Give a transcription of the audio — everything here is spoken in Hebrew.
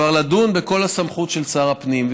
כבר לדון בכל הסמכות של שר הפנים,